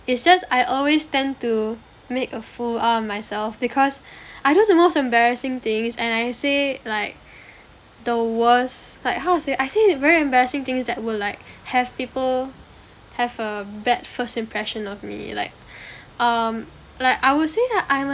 it's just I always tend to make a fool out of myself because I do the most embarrassing things and I say like the worst like how to say I say very embarrassing things that will like have people have a bad first impression of me like um like I would say that I'm